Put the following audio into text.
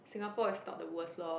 Singapore is not the worst lor